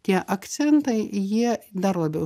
tie akcentai jie dar labiau